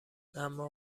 اما